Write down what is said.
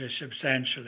substantially